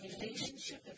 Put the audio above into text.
relationship